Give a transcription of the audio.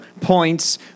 points